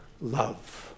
love